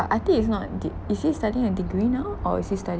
but I think it's not a de~ is he studying a degree now or is he studying